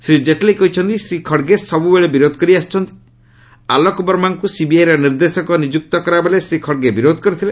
ଶ୍ରୀ ଜେଟ୍ଲୀ କହିଛନ୍ତି ଶ୍ରୀ ଖଡ୍ଗେ ସବୁବେଳେ ବିରୋଧ କରି ଆସିଛନ୍ତି ଆଲୋକବର୍ମାଙ୍କୁ ସିବିଆଇର ନିର୍ଦ୍ଦେଶକ ନିଯୁକ୍ତ କରାଗଲାବେଳେ ଶ୍ରୀ ଖଡ୍ଗେ ବିରୋଧ କରିଥିଲେ